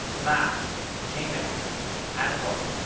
maps, gmail, android,